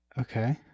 okay